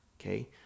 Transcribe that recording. Okay